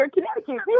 Connecticut